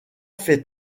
fait